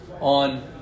on